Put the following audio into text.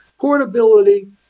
Portability